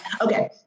Okay